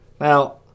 Now